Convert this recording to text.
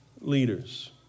leaders